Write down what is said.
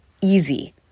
easy